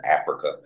Africa